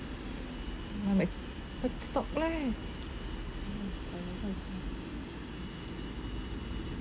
ah like what stock leh